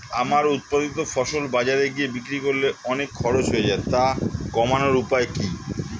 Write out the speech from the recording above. আমার উৎপাদিত ফসল বাজারে গিয়ে বিক্রি করলে অনেক খরচ হয়ে যায় তা কমানোর উপায় কি?